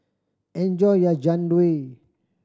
enjoy your Jian Dui